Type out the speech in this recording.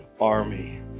army